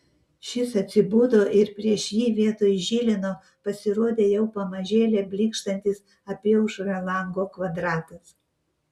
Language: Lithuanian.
šis atsibudo ir prieš jį vietoj žilino pasirodė jau pamažėle blykštantis apyaušrio lango kvadratas